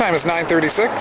time is nine thirty six